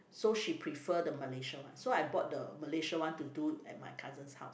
so she prefer the Malaysia one so I bought the Malaysia one to do at my cousin's house